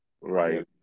Right